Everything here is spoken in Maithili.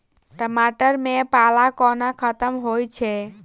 टमाटर मे पाला कोना खत्म होइ छै?